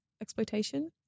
exploitation